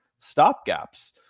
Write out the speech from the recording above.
stopgaps